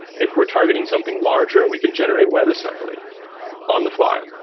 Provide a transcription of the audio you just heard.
if we're targeting something larger, we can generate web assembly on the fly.